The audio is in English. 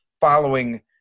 following